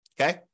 Okay